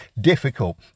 Difficult